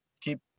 keep